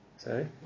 Sorry